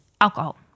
alcohol